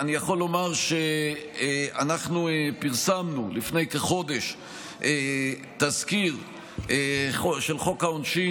אני יכול לומר שפרסמנו לפני כחודש תזכיר של חוק העונשין